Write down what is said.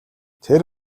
тэр